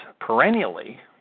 perennially